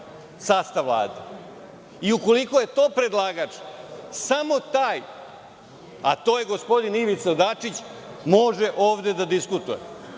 sastav Vlade, i ukoliko je predlagač samo taj, a to je gospodin Ivica Dačić, može ovde da diskutuje. Nema